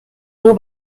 nur